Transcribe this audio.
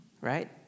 right